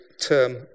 term